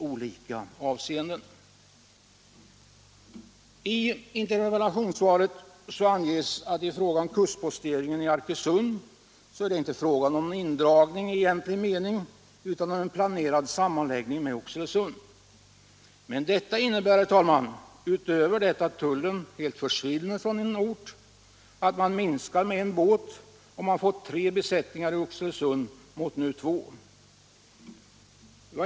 Vidare sägs i svaret att det i fråga om kustposteringen i Arkösund inte är fråga om någon indragning i egentlig mening utan om en planerad sammanläggning med Oxelösund. Men det innebär, utöver det faktum att tullen helt försvinner från en ort, att man minskar antalet båtar med en. Man får tre besättningar i Oxelösund mot två nu.